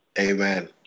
Amen